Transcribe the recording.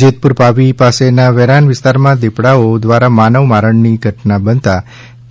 જેતપૂર પાવી પાસેના વેરાન વિસ્તારમાં દીપડાઓ દ્વારા માનવ મારણની ઘટના બનતા